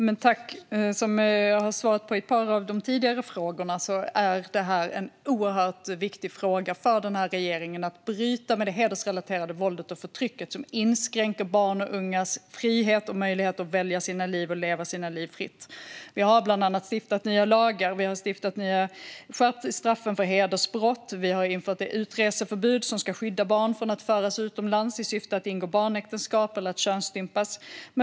Herr talman! Som jag har svarat på ett par av de tidigare frågorna är det en oerhört viktig fråga för regeringen att bryta med det hedersrelaterade våldet och förtrycket som inskränker barns och ungas frihet och möjlighet att välja sina liv och leva sina liv fritt. Vi har bland annat stiftat nya lagar. Vi har skärpt straffen för hedersbrott. Vi har infört ett utreseförbud som ska skydda barn från att föras utomlands i syfte att ingå barnäktenskap eller att könsstympas.